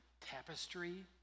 tapestry